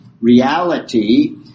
reality